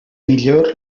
millor